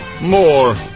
more